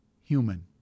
human